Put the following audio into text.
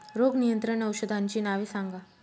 रोग नियंत्रण औषधांची नावे सांगा?